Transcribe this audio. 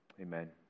Amen